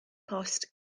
post